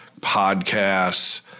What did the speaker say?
podcasts